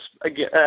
again